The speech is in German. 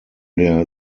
der